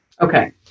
Okay